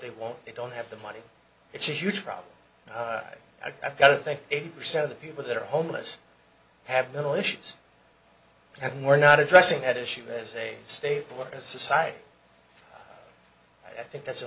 they won't they don't have the money it's a huge problem i've got to think eighty percent of the people that are homeless have mental issues and we're not addressing that issue as a state as a society i think that's a